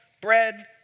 bread